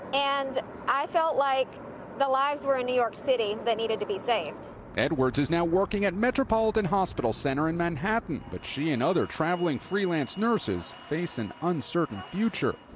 and i felt like the lives were in new york city that needed to be saved. reporter edwards is now working at metropolitan hospital center in manhattan but she and other traveling freelance nurses face an uncertain future.